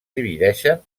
divideixen